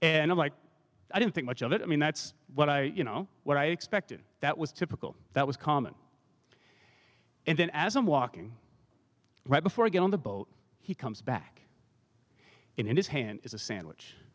and i'm like i don't think much of it i mean that's what are you know what i expected that was typical that was common and then as i'm walking right before i get on the boat he comes back in and his hand is a sandwich